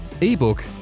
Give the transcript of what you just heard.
ebook